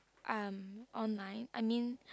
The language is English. um online I mean